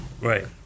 right